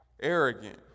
arrogant